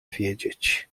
wiedzieć